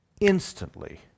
Instantly